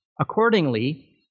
Accordingly